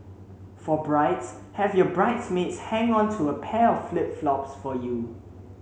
for brides have your bridesmaids hang onto a pair flip flops for you